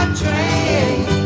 train